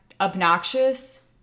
obnoxious